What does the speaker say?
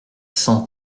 cent